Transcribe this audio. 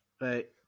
Right